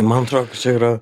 man atro kad čia yra